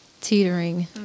teetering